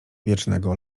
wiecznego